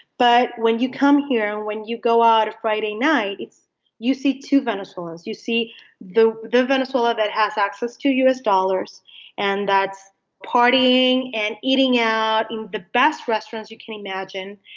but when you come here, and when you go out friday night, it's you see two venezuelans. you see the the venezuela that has access to u s. dollars and that's partying and eating out in the best restaurants you can imagine.